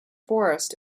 forest